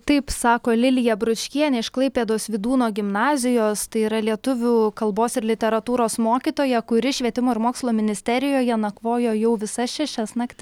taip sako lilija bručkienė iš klaipėdos vydūno gimnazijos tai yra lietuvių kalbos ir literatūros mokytoja kuri švietimo ir mokslo ministerijoje nakvojo jau visas šešias naktis